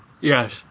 Yes